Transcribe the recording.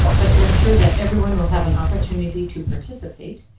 but to ensure that everyone will have an opportunity to participate,